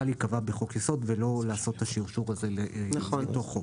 להיקבע בחוק-יסוד ולא להשאיר את זה ללא חוק.